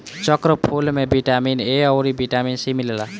चक्रफूल में vitamin A अउरी बिटामिन सी मिलेला